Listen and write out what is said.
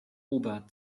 ober